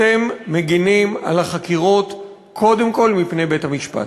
אתם מגינים על החקירות קודם כול מפני בית-המשפט,